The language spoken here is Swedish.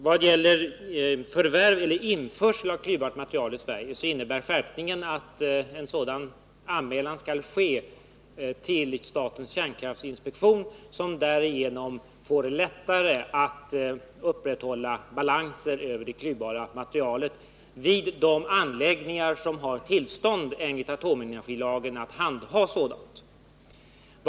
Vad gäller förvärv eller införsel av klyvbart material i Sverige innebär skärpningen att en sådan anmälan skall ske till statens kärnkraftinspektion, som därigenom får lättare att upprätthålla balanser över det klyvbara materialet vid de anläggningar som har tillstånd enligt atomenergilagen att handha sådant.